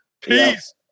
peace